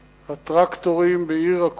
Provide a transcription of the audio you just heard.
הטרקטורים בעיר הקודש,